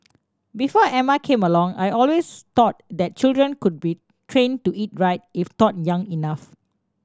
before Emma came along I always thought that children could be trained to eat right if taught young enough